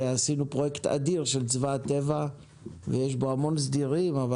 ועשינו פרויקט אדיר של צבא הטבע ויש בו המון סדירים אבל